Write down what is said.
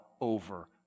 over